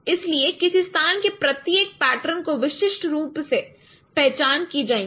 इसलिए किसी स्थान के प्रत्येक पैटर्न को विशिष्ट रूप से पहचान की जाएगी